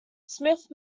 smith